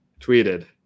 tweeted